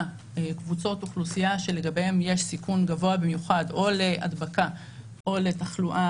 קבוצות אוכלוסייה שלגביהן יש סיכון גבוה במיוחד או להדבקה או לתחלואה